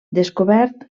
descobert